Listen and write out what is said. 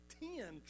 ten